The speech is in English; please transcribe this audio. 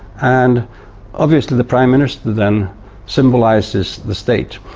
and obviously the prime minister then symbolises the state,